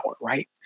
right